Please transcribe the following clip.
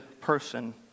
person